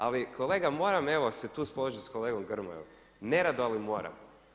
Ali kolega moram, evo se tu složit s kolegom Grmojom, nerado ali moram.